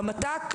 במת"ק,